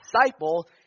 disciple